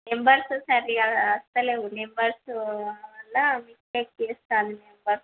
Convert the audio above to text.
numbers సరిగ్గా రాయలేదు numbers దాన్నివల్ల మిస్టేక్స్ చేస్తూ ఉంది